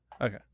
Okay